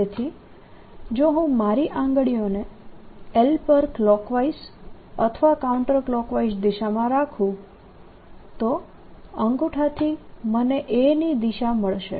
તેથી જો હું મારી આંગળીઓને l પર ક્લોકવાઈઝ અથવા કાઉન્ટર ક્લોકવાઈઝ દિશામાં રાખું તો અંગુઠાથી મને A ની દિશા મળશે